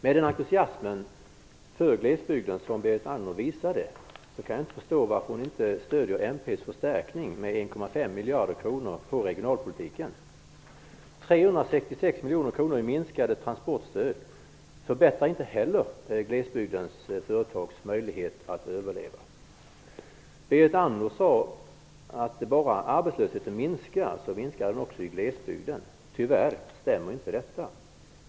Med den entusiasm för glesbygd som Berit Andnor visade, kan jag inte förstå varför hon inte stöder Miljöpartiets förstärkning med 1,5 miljarder kronor till regionalpolitiken. 366 miljoner kronor i minskade transportstöd förbättrar inte heller glesbygdsföretagens möjligheter att överleva. Berit Andnor sade att bara arbetslösheten minskar, minskar den också i glesbygden. Tyvärr stämmer inte detta.